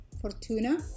Fortuna